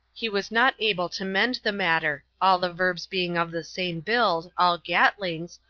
he was not able to mend the matter, all the verbs being of the same build, all gatlings,